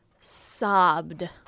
sobbed